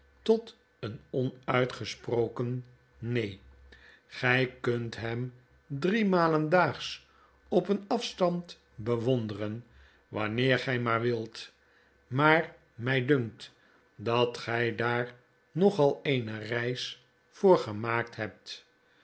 tot een onuitgesproken neen gy kunt hem drie malen daags op een afstand bewonderen wanneer gy maar wilt maar mij dunkt dat gy daar nogal eene reis voor gemaakt hebt